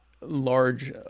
large